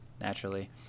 naturally